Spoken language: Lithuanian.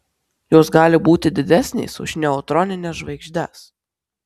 jos gali būti didesnės už neutronines žvaigždes